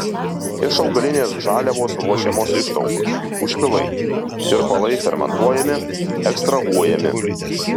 iš augalinės žaliavos ruošiamos ištraukos užpilai tirpalai fermentuojami ekstrahuojami